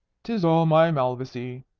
tis all my malvoisie,